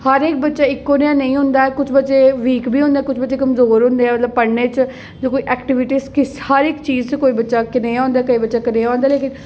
हर इक्क बच्चा इक्को जेहा निं होंदा ऐ कुछ बच्चे वीक बी होंदे कुछ बच्चे कमजोर होंदे आ मतलब पढ़ने च जि'यां कोई एक्टीविटी के हर इक्क चीज़ गी कोई बच्चा कनेहा होंदा कोई बच्चा कनेहा होंदा लेकिन